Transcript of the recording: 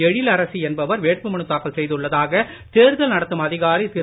எழிலரசி என்பவர் வேட்புமனு தாக்கல் செய்துள்ளதாக தேர்தல் நடத்தும் அதிகாரி திரு